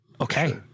Okay